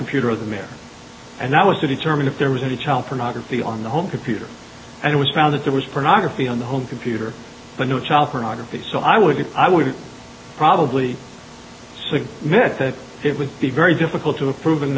computer of the mayor and that was to determine if there was any child pornography on the home computer and it was found that there was pernod a fee on the home computer but no child pornography so i would i would probably say meant that it would be very difficult to approv